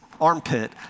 armpit